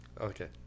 Okay